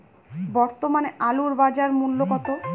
বর্তমানে আলুর বাজার মূল্য কত?